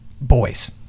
boys